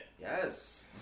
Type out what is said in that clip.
Yes